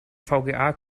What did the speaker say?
vga